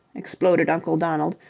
exploded uncle donald,